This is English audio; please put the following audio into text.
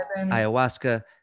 ayahuasca